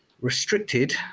restricted